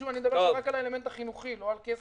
אני מדבר רק על האלמנט החינוכי, לא על כסף.